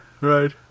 Right